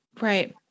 Right